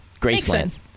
Graceland